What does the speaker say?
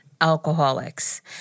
alcoholics